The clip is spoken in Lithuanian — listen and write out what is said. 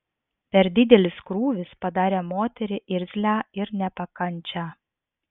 per didelis krūvis padarė moterį irzlią ir nepakančią